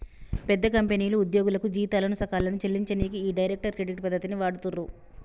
పెద్ద కంపెనీలు ఉద్యోగులకు జీతాలను సకాలంలో చెల్లించనీకి ఈ డైరెక్ట్ క్రెడిట్ పద్ధతిని వాడుతుర్రు